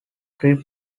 grip